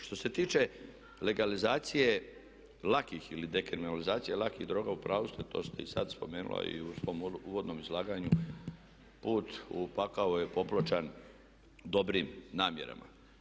Što se tiče legalizacije lakih ili dekriminalizacije lakih droga, u pravu ste, to ste i sada spomenula i u svom uvodnom izlaganju "Put u pakao je popločen dobrim namjerama"